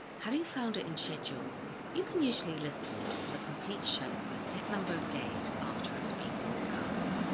having found it in schedules you can usually listen to the complete show for a set number of days after it's been broadcast.